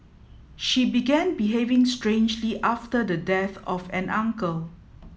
she began behaving strangely after the death of an uncle